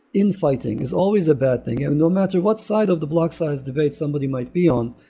infighting is always a bad thing. no matter what side of the block size debate somebody might be on,